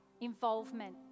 involvement